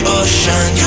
ocean